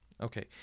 Okay